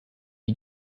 die